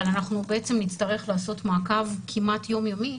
אנחנו נצטרך לעשות מעקב כמעט יום יומי.,